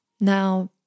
Now